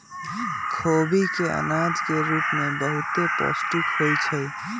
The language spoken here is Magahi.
खोबि के अनाज के रूप में बहुते पौष्टिक होइ छइ